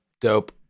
dope